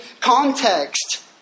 context